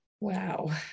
Wow